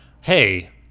Hey